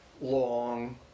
Long